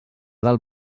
del